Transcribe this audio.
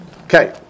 Okay